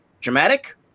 Dramatic